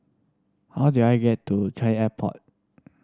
how do I get to Changi Airport